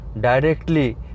directly